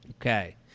Okay